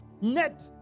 net